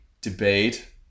debate